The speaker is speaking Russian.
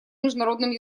международным